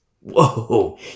Whoa